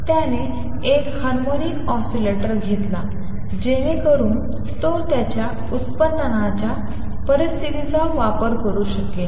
त्याने एक harmonic oscillator घेतला जेणेकरून तो त्याच्या उत्पादनाच्या परिस्थितीचा वापर करू शकेल